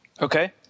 Okay